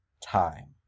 time